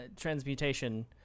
transmutation